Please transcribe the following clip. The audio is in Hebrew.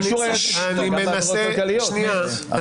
הדבר היחיד שיש פה הנחיות מינהליות --- אני